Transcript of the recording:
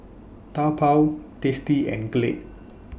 Taobao tasty and Glade